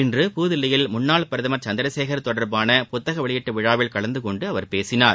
இன்று புத்தில்லியில் முன்னாள் பிரதமர் சந்திரசேகர் தொடர்பான புத்தக வெளியீட்டு விழாவில் கலந்து கொண்டு அவர் பேசினார்